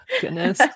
goodness